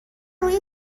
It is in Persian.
روی